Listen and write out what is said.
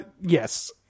Yes